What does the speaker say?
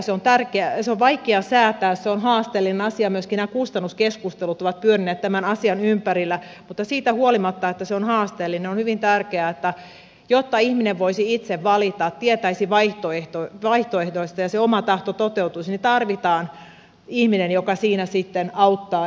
se on vaikea säätää se on haasteellinen asia myöskin kustannuskeskustelut ovat pyörineet tämän asian ympärillä mutta siitä huolimatta että se on haasteellinen on hyvin tärkeää että jotta ihminen voisi itse valita tietäisi vaihtoehdoista ja se oma tahto toteutuisi tarvitaan ihminen joka siinä sitten auttaa